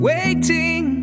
Waiting